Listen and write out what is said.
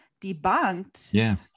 debunked